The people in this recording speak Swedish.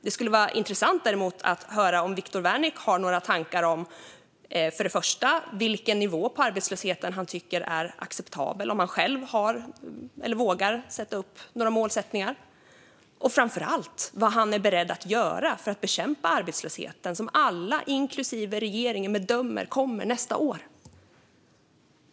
Det skulle vara intressant att höra om Viktor Wärnick har några tankar om vilken nivå på arbetslösheten som han tycker är acceptabel, om han själv har eller vågar ha några målsättningar och framför allt vad han är beredd att göra för att bekämpa den arbetslöshet som alla, inklusive regeringen, bedömer kommer nästa år.